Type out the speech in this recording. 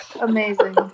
amazing